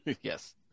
Yes